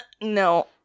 No